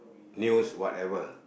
news whatever